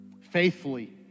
faithfully